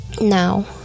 Now